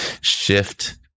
shift